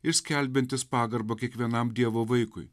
ir skelbiantis pagarbą kiekvienam dievo vaikui